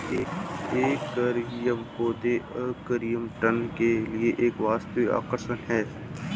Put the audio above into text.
aquarium पौधे aquarium tank के लिए एक वास्तविक आकर्षण है